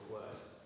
words